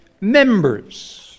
members